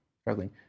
struggling